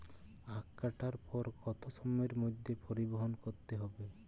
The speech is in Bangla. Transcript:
আখ কাটার পর কত সময়ের মধ্যে পরিবহন করতে হবে?